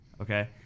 Okay